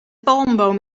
palmboom